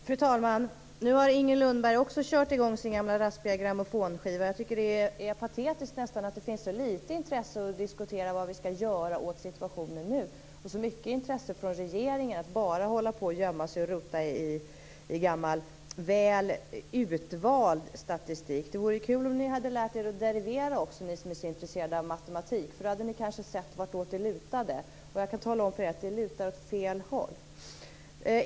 Fru talman! Nu har Inger Lundberg också kört i gång sin gamla raspiga grammofonskiva. Jag tycker att det nästan är patetiskt att det finns så litet intresse av att diskutera vad vi skall göra åt situationen nu, och så mycket intresse från regeringens sida av att bara hålla på att gömma sig och rota i gammal, väl utvald, statistik. Det vore kul om ni som är så intresserade av matematik också hade lärt er att derivera. Då hade ni kanske sett vartåt det hela lutade. Jag kan tala om för er att det lutar åt fel håll.